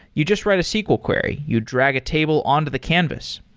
you just write a sql query. you drag a table on to the canvas.